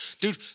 Dude